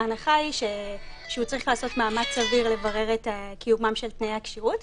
ההנחה היא שהוא צריך לעשות מאמץ סביר לברר את קיומם של תנאי הכשירות.